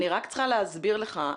אני רק צריכה להסביר לך,